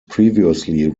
previously